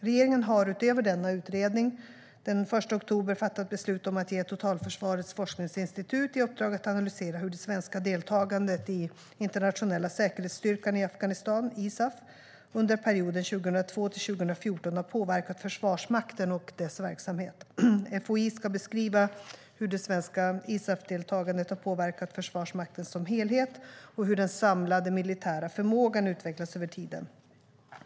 Regeringen har, utöver denna utredning, den 1 oktober fattat beslut om att ge Totalförsvarets forskningsinstitut, FOI, i uppdrag att analysera hur det svenska deltagandet i den internationella säkerhetsstyrkan i Afghanistan, ISAF, under perioden 2002-2014 har påverkat Försvarsmakten och dess verksamhet. FOI ska beskriva hur det svenska ISAF-deltagandet har påverkat Försvarsmakten som helhet och hur den samlade militära förmågan har utvecklats över tid.